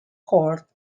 court